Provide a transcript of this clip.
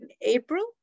April